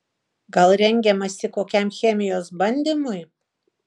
gal rengiamasi kokiam chemijos bandymui